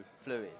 fluid